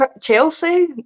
Chelsea